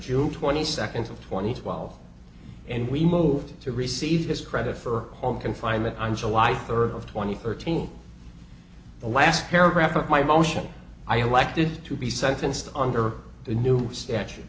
june twenty second twenty twelve and we moved to receive his credit for home confinement i'm july third of twenty thirteen the last paragraph of my motion i acted to be sentenced under the new statu